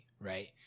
right